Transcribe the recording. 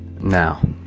Now